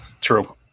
true